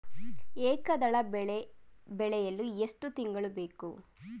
ಏಕದಳ ಬೆಳೆ ಬೆಳೆಯಲು ಎಷ್ಟು ತಿಂಗಳು ಬೇಕು?